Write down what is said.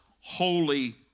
Holy